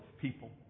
people